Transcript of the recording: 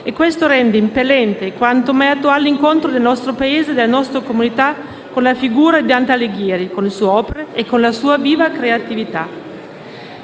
È questo che rende impellente l'incontro del nostro Paese e della nostra comunità con la figura di Dante Alighieri, con le sue opere e la sua viva creatività.